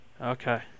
Okay